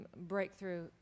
breakthrough